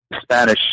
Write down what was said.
Spanish